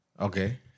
Okay